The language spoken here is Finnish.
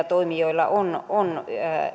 toimijoilla nykyisin on